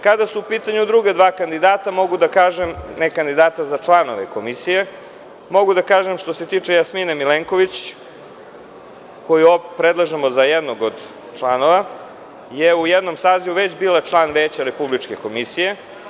Kada su u pitanju druga dva kandidata za članove Komisije, mogu da kažem, što se tiče Jasmine Milenković, koju predlažemo za jednog člana, da je u jednom sazivu već bila član veća Republičke komisije.